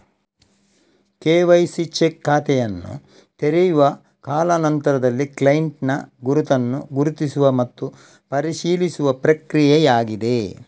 KYC check ಖಾತೆಯನ್ನು ತೆರೆಯುವ ಕಾಲಾ ನಂತರದಲ್ಲಿ ಕ್ಲೈಂಟಿನ ಗುರುತನ್ನು ಗುರುತಿಸುವ ಮತ್ತು ಪರಿಶೀಲಿಸುವ ಪ್ರಕ್ರಿಯೆಯಾಗಿದೆ